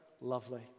lovely